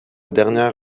dernière